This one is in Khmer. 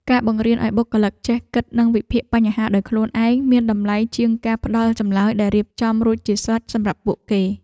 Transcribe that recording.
ការបង្រៀនឱ្យបុគ្គលិកចេះគិតនិងវិភាគបញ្ហាដោយខ្លួនឯងមានតម្លៃជាងការផ្តល់ចម្លើយដែលរៀបចំរួចជាស្រេចសម្រាប់ពួកគេ។